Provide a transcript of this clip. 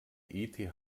eth